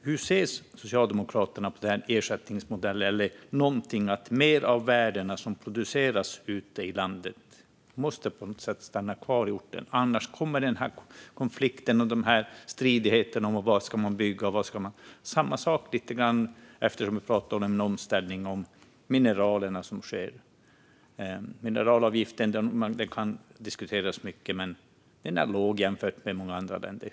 Hur ser Socialdemokraterna på en ersättningsmodell som går ut på att mer av de värden som produceras ute i landet på något sätt måste stanna kvar på orten? Annars får vi konflikter och stridigheter om var man ska bygga. Samma sak gäller mineral, eftersom vi pratar om en omställning. Mineralavgiften kan diskuteras mycket, men den är låg jämfört med i många andra länder.